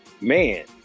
man